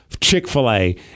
Chick-fil-A